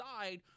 side